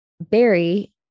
Barry